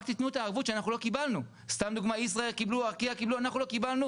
רק תתנו את הערבות שאנחנו לא קיבלנו.